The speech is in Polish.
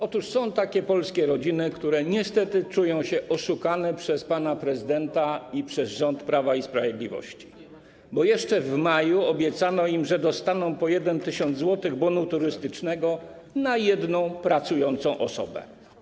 Otóż są polskie rodziny, które niestety czują się oszukane przez pana prezydenta i przez rząd Prawa i Sprawiedliwości, bo jeszcze w maju obiecano im, że dostaną po 1 tys. zł w postaci bonu turystycznego na jedną pracującą osobę.